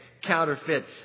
Counterfeit